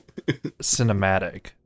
cinematic